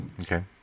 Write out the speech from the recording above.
Okay